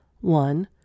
one